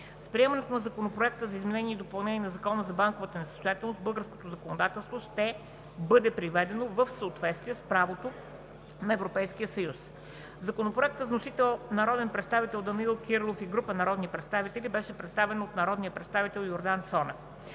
С приемането на Законопроекта за изменение и допълнение на Закона за банковата несъстоятелност българското законодателство ще бъде приведено в съответствие с правото на Европейския съюз. Законопроектът с вносител народния представител Данаил Кирилов и група народни представители беше представен от народния представител Йордан Цонев.